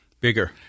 Bigger